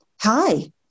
Hi